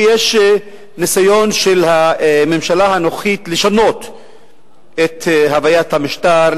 ויש ניסיון של הממשלה הנוכחית לשנות את הוויית המשטר,